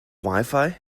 wifi